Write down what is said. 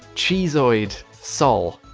cheeseoid, saul,